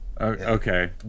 Okay